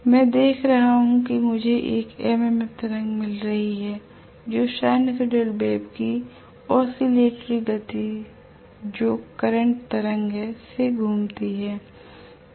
मैं देख रहा हूं कि मुझे एक MMF तरंग मिलने वाली है जो सिनुसोइडल वेव की ऑसिलेटरी गति जो करंट तरंग है से घूमती रहेगी